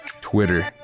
Twitter